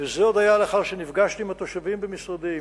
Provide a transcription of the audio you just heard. וזה עוד היה לאחר שנפגשתי עם התושבים במשרדי,